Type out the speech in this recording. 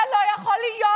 זה לא יכול להיות.